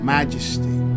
Majesty